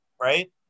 right